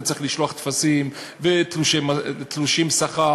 אתה צריך לשלוח טפסים ותלושי שכר,